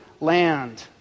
land